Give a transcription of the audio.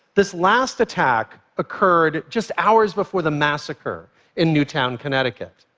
this last attack occurred just hours before the massacre in newtown, connecticut.